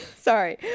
sorry